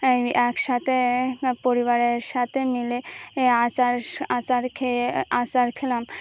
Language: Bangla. একসাথে পরিবারের সাথে মিলে আচার আচার খেয়ে আচার খেলাম